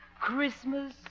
Christmas